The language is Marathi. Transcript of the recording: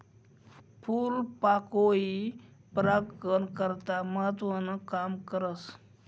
फूलपाकोई परागकन करता महत्वनं काम करस